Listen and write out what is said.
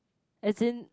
as in